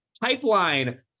pipeline